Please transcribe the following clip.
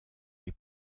les